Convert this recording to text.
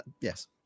Yes